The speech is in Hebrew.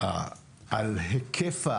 על היקפה